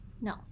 no